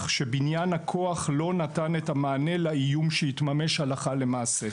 שבניין הכוח לא נתן את המענה לאיום שהתממש הלכה למעשה.